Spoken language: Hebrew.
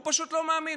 והוא פשוט לא מאמין,